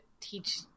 teach